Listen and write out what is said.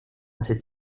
cette